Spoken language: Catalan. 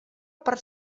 per